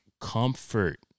comfort